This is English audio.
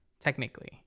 Technically